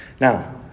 Now